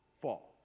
fall